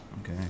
Okay